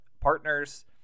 partners